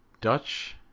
Dutch